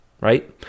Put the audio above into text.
right